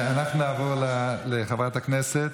אנחנו נעבור לחברת הכנסת